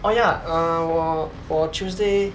oh ya err 我我 tuesday